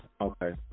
okay